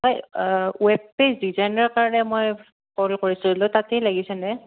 হয় web page ডিজাইনাৰৰ কাৰণে মই কল কৰিছিলোঁ তাতে লাগিছেনে